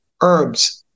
herbs